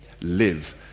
Live